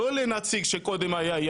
לא לנציג שמקודם היה,